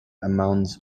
amounts